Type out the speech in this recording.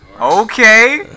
Okay